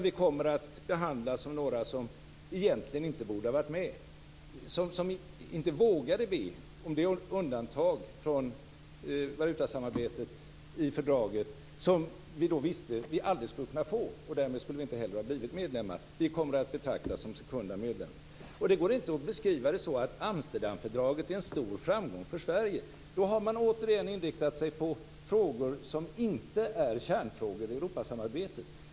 Vi kommer att behandlas som några som egentligen inte borde ha varit med, som inte vågade be om det undantag från valutasamarbetet i fördraget som vi då visste att vi aldrig skulle kunna få. Därmed skulle vi inte heller ha blivit medlemmar. Vi kommer att betraktas som sekunda medlemmar. Det går inte att beskriva Amsterdamfördraget som en stor framgång för Sverige. Då har man återigen inriktat sig på frågor som inte är kärnfrågor i Europasamarbetet.